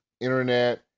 internet